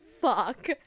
fuck